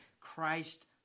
Christ